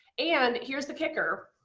and here's the kicker,